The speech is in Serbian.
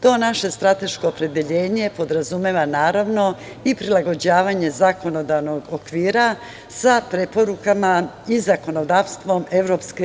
To naše strateško opredeljenje podrazumeva naravno i prilagođavanje zakonodavnog okvira, sa preporukama i zakonodavstvom EU.